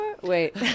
wait